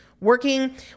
working